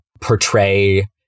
portray